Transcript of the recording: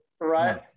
Right